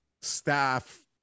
staff